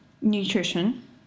nutrition